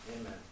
Amen